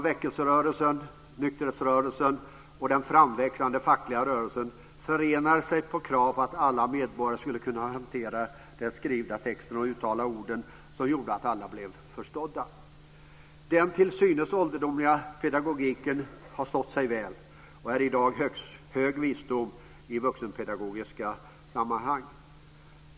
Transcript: Väckelserörelsen, nykterhetsrörelsen och den framväxande fackliga rörelsen förenade sig i krav på att alla medborgare skulle kunna hantera den skrivna texten och uttala orden så att alla skulle bli förstådda. Den till synes ålderdomliga pedagogiken har stått sig väl och är i dag hög visdom i vuxenpedagogiska sammanhang.